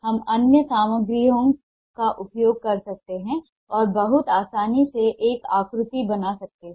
हम अन्य सामग्रियों का उपयोग कर सकते हैं और बहुत आसानी से एक आकृति बना सकते हैं